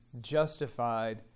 justified